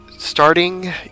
Starting